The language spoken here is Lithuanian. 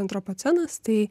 antropocenas tai